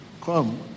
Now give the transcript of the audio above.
Come